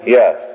yes